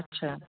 अच्छा